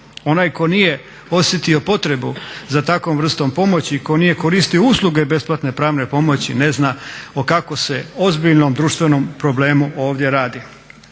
Onaj tko nije osjetio potrebu za takvom vrstom pomoći i tko nije koristio usluge besplatne pravne pomoći, ne zna o kakvom se ozbiljnom društvenom problemu ovdje radi.